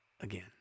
again